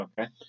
Okay